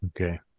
Okay